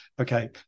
okay